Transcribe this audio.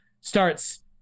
starts